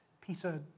Peter